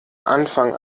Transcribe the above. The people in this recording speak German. anfang